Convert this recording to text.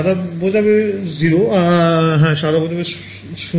সাদা বোঝাবে ০ হ্যাঁ সাদা বোঝাবে ০